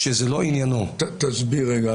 שזה לא עניינו --- תסביר רגע,